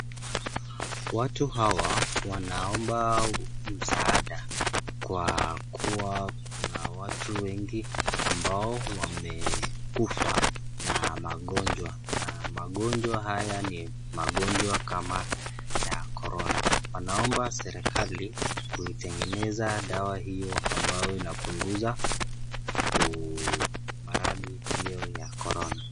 Watu hawa wanaomba msaada, kwa kuwa kuna watu wengi ambao wamekufa na magonjwa na magonjwa haya ni magonjwa kama ya corona. Wanaomba serikali kuitengeneza dawa hiyo ambayo inapunguza maradhi hiyo ya corona.